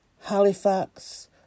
Halifax